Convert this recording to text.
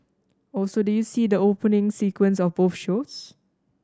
also did you see the opening sequence of both shows